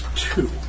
Two